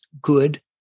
good